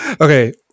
Okay